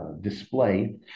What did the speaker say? display